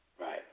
Right